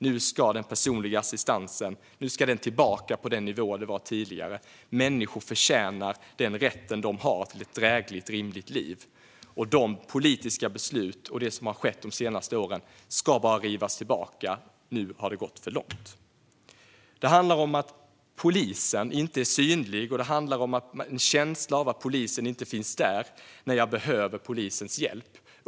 Nu ska den personliga assistansen tillbaka till den nivå där den var tidigare. Människor förtjänar den rätt de har till ett drägligt och rimligt liv. Det som skett de senaste åren och de politiska beslut som fattats ska bara rivas tillbaka. Nu har det gått för långt! Det handlar också om att polisen inte är synlig. Det finns en känsla av att polisen inte finns där när man behöver dess hjälp.